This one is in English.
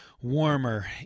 warmer